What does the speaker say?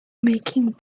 making